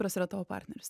kipras yra tavo partneris